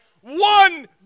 One